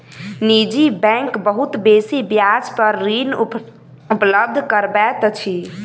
निजी बैंक बहुत बेसी ब्याज पर ऋण उपलब्ध करबैत अछि